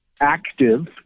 active